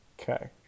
Okay